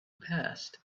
passed